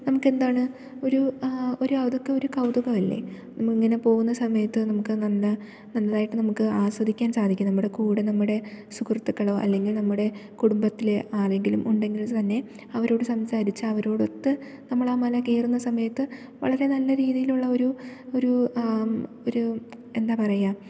നമുക്കെന്താണ് ഒരു ഒരു അതൊക്കെ ഒരു കൗതുകമല്ലേ ഇങ്ങനെ പോകുന്ന സമയത്ത് നമുക്ക് നല്ല നല്ലതായിട്ട് നമുക്ക് ആസ്വദിക്കാൻ സാധിക്കും നമ്മുടെ കൂടെ നമ്മുടെ സുഹൃത്തുക്കളോ അല്ലെങ്കിൽ നമ്മുടെ കുടുംബത്തിലെ ആരെങ്കിലും ഉണ്ടെങ്കിൽ തന്നെ അവരോട് സംസാരിച്ച് അവരോടൊത്ത് നമ്മളാ മല കയറുന്ന സമയത്ത് വളരെ നല്ല രീതിയിലുള്ള ഒരു ഒരു ഒരു എന്താണു പറയുക